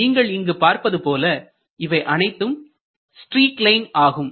நீங்கள் இங்கு பார்ப்பது போல இவை அனைத்தும் ஸ்ட்ரீக் லைன்கள் ஆகும்